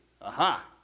Aha